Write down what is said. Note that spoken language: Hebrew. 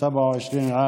בן 27,